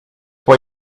why